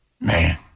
Man